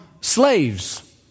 slaves